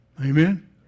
Amen